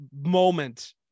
moment